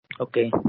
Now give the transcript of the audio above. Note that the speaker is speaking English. Okay